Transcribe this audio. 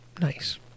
Nice